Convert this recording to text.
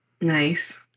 Nice